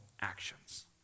actions